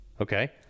Okay